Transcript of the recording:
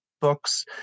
books